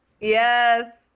yes